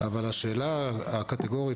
אבל השאלה הקטגורית,